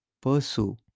pursue